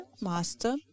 master